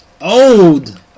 Old